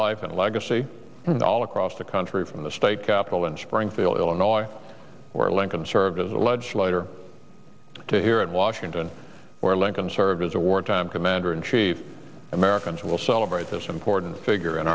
life and legacy and all across the country from the state capitol in springfield illinois where lincoln served as a legislator to here at washington where lincoln served as a wartime commander in chief americans will celebrate this important figure in